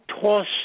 toss